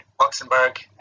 Luxembourg